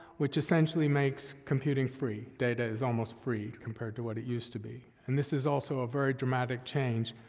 which essentially makes computing free. data is almost free, compared to what it used to be, and this is also a very dramatic change,